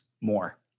More